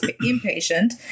impatient